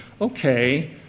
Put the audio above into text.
okay